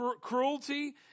cruelty